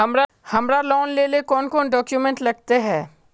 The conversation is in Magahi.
हमरा लोन लेले कौन कौन डॉक्यूमेंट लगते?